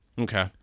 okay